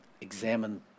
examine